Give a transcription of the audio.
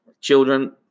children